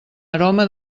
aroma